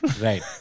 Right